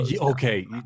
Okay